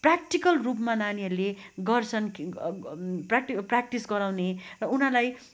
practical रूपमा नानीहरूले गर्छन् प्राक्टी प्र्याक्टिस गराउने र उनीहरूलाई